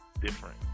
different